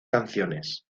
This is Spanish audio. canciones